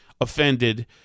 offended